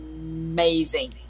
amazing